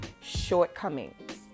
shortcomings